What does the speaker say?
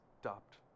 stopped